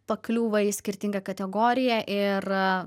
pakliūva į skirtingą kategoriją ir